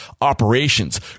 operations